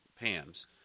Pam's